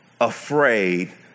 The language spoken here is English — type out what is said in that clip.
afraid